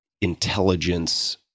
intelligence